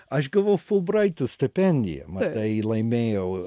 aš gavau fulbraito stipendiją matai laimėjau